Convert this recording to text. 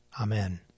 Amen